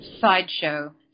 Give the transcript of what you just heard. sideshow